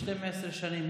12 שנים?